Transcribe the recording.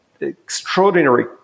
extraordinary